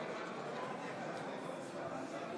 עוברים להסתייגות הבאה.